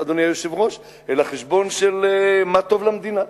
אדוני היושב-ראש, אלא חשבון של מה טוב למדינה.